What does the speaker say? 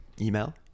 email